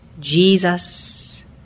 Jesus